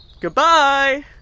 goodbye